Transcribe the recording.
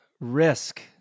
risk